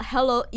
Hello